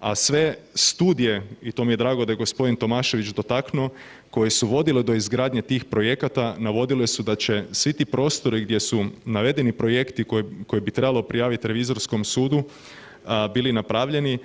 a sve studije i to mi je drago da je gospodin Tomašević dotaknuo koje su vodile do izgradnje tih projekata navodile su da će svi ti prostori gdje su navedeni projekti koje bi trebalo prijaviti revizorskom sudu bili napravljeni.